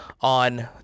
on